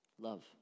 Love